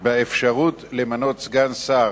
באפשרות למנות סגן שר